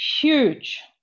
huge